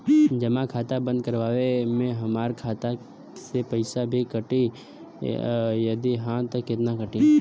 जमा खाता बंद करवावे मे हमरा खाता से पईसा भी कटी यदि हा त केतना कटी?